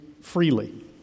freely